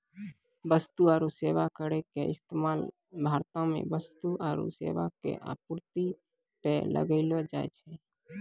वस्तु आरु सेबा करो के इस्तेमाल भारतो मे वस्तु आरु सेबा के आपूर्ति पे लगैलो जाय छै